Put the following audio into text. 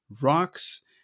rocks